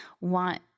want